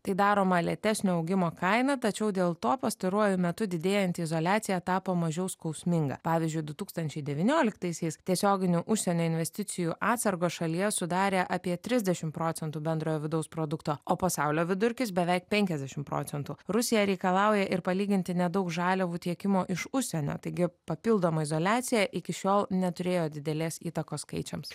tai daroma lėtesnio augimo kaina tačiau dėl to pastaruoju metu didėjanti izoliacija tapo mažiau skausminga pavyzdžiui du tūkstančiai devynioliktaisiais tiesioginių užsienio investicijų atsargos šalyje sudarė apie trisdešim procentų bendrojo vidaus produkto o pasaulio vidurkis beveik penkiasdešim procentų rusija reikalauja ir palyginti nedaug žaliavų tiekimo iš užsienio taigi papildoma izoliacija iki šiol neturėjo didelės įtakos skaičiams